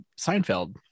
Seinfeld